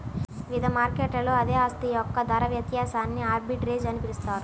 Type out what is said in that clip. వివిధ మార్కెట్లలో అదే ఆస్తి యొక్క ధర వ్యత్యాసాన్ని ఆర్బిట్రేజ్ అని పిలుస్తారు